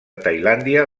tailàndia